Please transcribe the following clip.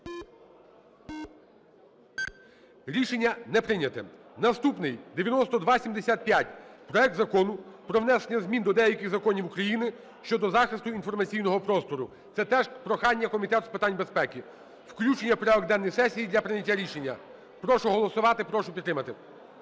Рішення не прийнято. Наступний – 9275: проект Закону про внесення змін до деяких законів України щодо захисту інформаційного простору. Це теж прохання Комітету з питань безпеки, включення в порядок денний сесії для прийняття рішення. прошу голосувати, прошу підтримати.